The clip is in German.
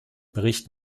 bericht